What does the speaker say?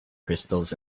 crystals